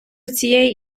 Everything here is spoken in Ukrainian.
цієї